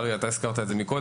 אריה הזכרת את זה קודם,